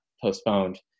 postponed